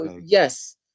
Yes